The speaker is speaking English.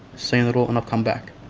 seen it all and i've come back.